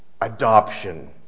adoption